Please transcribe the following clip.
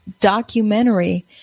documentary